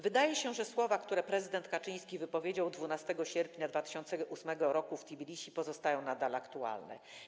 Wydaje się, że słowa, które prezydent Kaczyński wypowiedział 12 sierpnia 2008 r. w Tbilisi, pozostają nadal aktualne.